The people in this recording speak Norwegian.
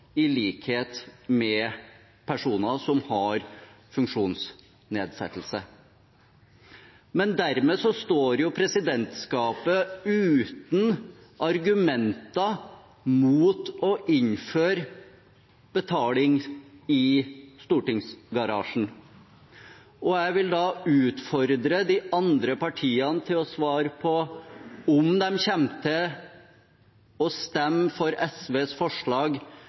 i likhet med personer som har funksjonsnedsettelse. Men dermed står presidentskapet uten argumenter mot å innføre betaling i stortingsgarasjen. Jeg vil da utfordre de andre partiene til å svare på om de kommer til å stemme for SVs forslag